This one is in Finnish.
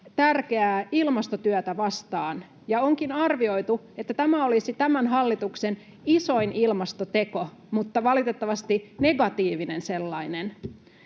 tärkeää ilmastotyötä vastaan. Onkin arvioitu, että tämä olisi tämän hallituksen isoin ilmastoteko, mutta valitettavasti negatiivinen sellainen.